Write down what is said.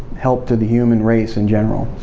help to the human race in general.